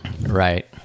Right